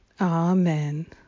Amen